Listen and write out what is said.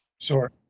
Sure